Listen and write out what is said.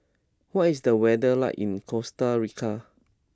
what is the weather like in Costa Rica